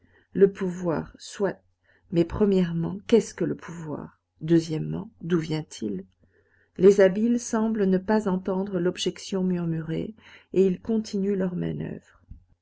le pouvoir soit mais premièrement qu'est-ce que le pouvoir deuxièmement d'où vient-il les habiles semblent ne pas entendre l'objection murmurée et ils continuent leur manoeuvre